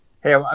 hey